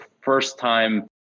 first-time